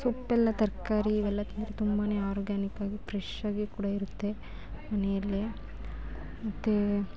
ಸೊಪ್ಪೆಲ್ಲ ತರಕಾರಿ ಇವೆಲ್ಲ ತಿಂದರೆ ತುಂಬನೇ ಆರ್ಗ್ಯಾನಿಕ್ಕಾಗಿ ಫ್ರೆಶ್ಶಾಗಿ ಕೂಡ ಇರುತ್ತೆ ಮನೆಯಲ್ಲೆ ಮತ್ತೇ